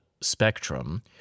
spectrum